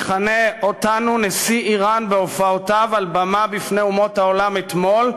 מכנה אותנו נשיא איראן בהופעותיו על במה בפני אומות העולם אתמול,